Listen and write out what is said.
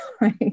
right